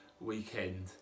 weekend